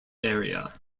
area